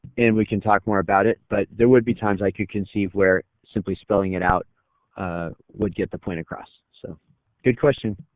and we can talk more about it. but there would be woor times i could conceive where simply spelling it out would get the point across. so good question.